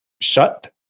shut